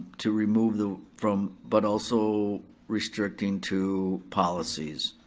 to remove the from but also restricting to policies.